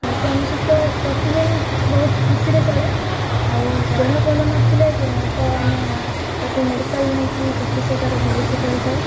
ଆଉ ସେ ଆମ ସହିତ ପ୍ରତିଦିନ ବହୁତ ଖୁସିରେ ଚଳେ ଆଉ ଦେହ ଭଲ ନଥିଲେ ତ ଆମେ ତାକୁ ମେଡ଼ିକାଲ୍ ନେଇକି ଚିକିତ୍ସା ତାର ଭଲ ସେ କରିଥାଉ